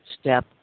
step